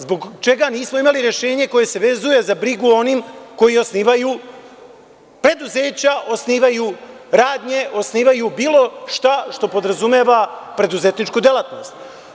Zbog čega nismo imali rešenje koje se vezuje za brigu o onih koji osnivaju preduzeća, osnivaju radnje, osnivaju bilo šta, što podrazumeva preduzetničku delatnost?